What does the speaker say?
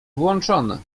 włączony